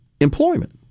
employment